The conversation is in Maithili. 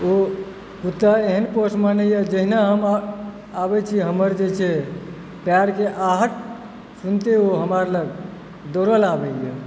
ओ कुत्ता एहन पौस मानैए जहिना हम आबै छी हमर जे छै पैरके आहट सुनिते ओ हमरा लग दौड़ल आबैए